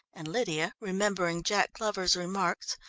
and lydia, remembering jack glover's remarks,